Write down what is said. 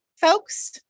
folks